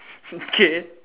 okay